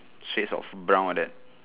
shades of brown like that